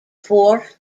four